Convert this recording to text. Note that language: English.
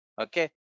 okay